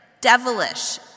devilish